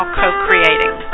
co-creating